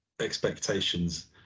expectations